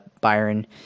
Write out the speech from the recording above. Byron